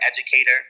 educator